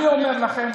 אני אומר לכם,